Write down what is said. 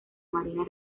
marina